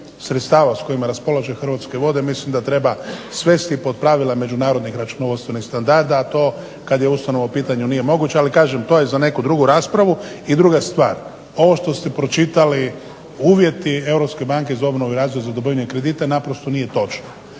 sredstava s kojima raspolažu Hrvatske vode mislim da treba svesti pod pravila međunarodnih računovodstvenih standarda, a to kad je ustanova u pitanju nije moguće, ali kažem to je za neku drugu raspravu. I druga stvar, ovo što ste pročitali uvjeti Europske banke za obnovu i razvoj za odobrenje kredita, naprosto nije točno.